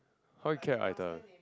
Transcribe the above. how you care either